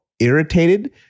irritated